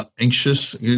anxious